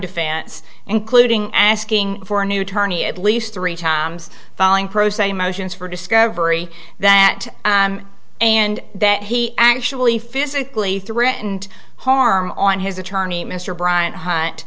defense including asking for a new attorney at least three times falling pro se motions for discovery that and that he actually physically threatened harm on his attorney mr bryant h